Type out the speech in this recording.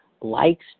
Likes